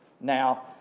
Now